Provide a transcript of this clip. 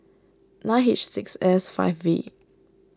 nine H six S five V